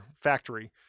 factory